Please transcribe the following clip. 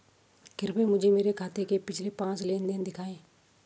कृपया मुझे मेरे खाते के पिछले पांच लेन देन दिखाएं